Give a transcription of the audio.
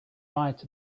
right